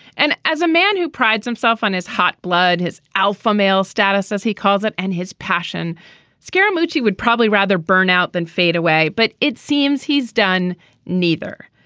and as a man who prides himself on his hot blood his alpha male status as he calls it and his passion scaramouche he would probably rather burn out than fade away. but it seems he's done neither.